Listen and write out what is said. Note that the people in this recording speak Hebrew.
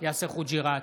יאסר חוג'יראת,